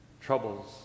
troubles